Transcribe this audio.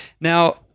Now